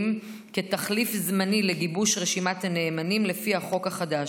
כתחליף זמני לגיבוש רשימת הנאמנים לפי החוק החדש.